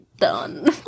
done